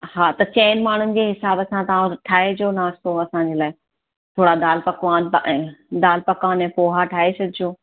हा त चइनि माण्हुनि जे हिसाब सां तव्हां ठाहिजो नास्तो असांजे लाइ थोरा दालि पकवान ऐं दालि पकवान ऐं पोहा ठाहे छॾिजो